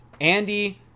Andy